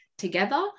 together